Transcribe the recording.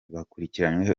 bakurikiranyweho